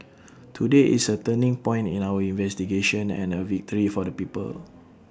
today is A turning point in our investigation and A victory for the people